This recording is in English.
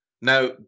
Now